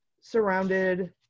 surrounded